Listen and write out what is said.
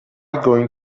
going